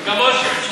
גם משה.